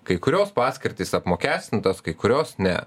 kai kurios paskirtys apmokestintos kai kurios ne